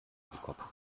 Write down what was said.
entkoppelt